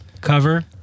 cover